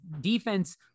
defense